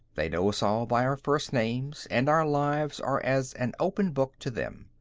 they know us all by our first names, and our lives are as an open book to them.